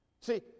See